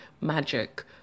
magic